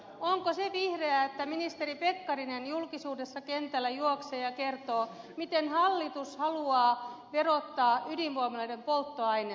onko se vihreää että ministeri pekkarinen julkisuudessa kentällä juoksee ja kertoo miten hallitus haluaa verottaa ydinvoimaloiden polttoainetta